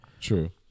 True